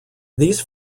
these